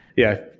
yeah.